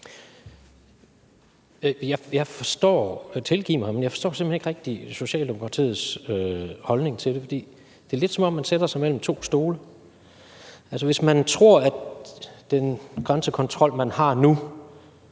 Rohde (RV): Tilgiv mig, men jeg forstår simpelt hen ikke rigtig Socialdemokratiets holdning til det, for det er lidt, som om man sætter sig mellem to stole. Altså, hvis man tror, at den grænsekontrol, man har nu